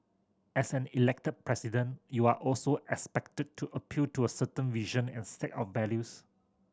as an Elected President you are also expected to appeal to a certain vision and set of values